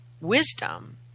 wisdom